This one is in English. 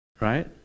right